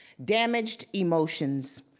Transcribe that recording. damaged emotions,